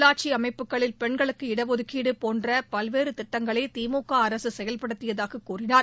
உள்ளாட்சி அமைப்புகளில் பெண்களுக்கு இடஒதுக்கீடு போன்ற பல்வேறு திட்டங்களை திமுக அரசு செயல்படுத்தியதாகக் கூறினார்